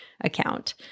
account